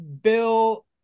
Bill